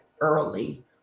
early